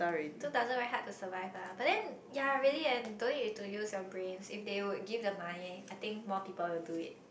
two thousand very hard to survive lah but then yea really leh don't need to use your brains if they would give the money I think more people would do it